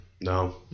No